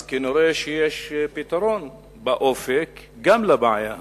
אז כנראה יש פתרון באופק גם לבעיה הזאת.